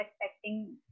expecting